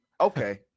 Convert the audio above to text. okay